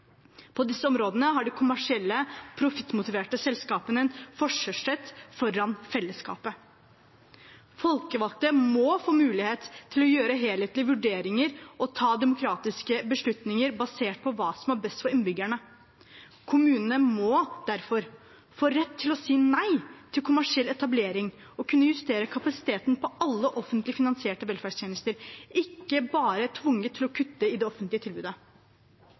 På disse områdene har de kommersielle, profittmotiverte selskapene en forkjørsrett foran fellesskapet. Folkevalgte må få mulighet til å gjøre helhetlige vurderinger og ta demokratiske beslutninger basert på hva som er best for innbyggerne. Kommunene må derfor få rett til å si nei til kommersiell etablering og kunne justere kapasiteten på alle offentlig finansierte velferdstjenester, ikke bare være tvunget til å kutte i det offentlige tilbudet.